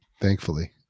thankfully